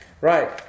right